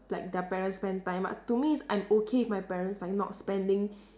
like their parents spend time but to me it's I'm okay if my parents like not spending